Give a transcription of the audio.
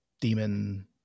demon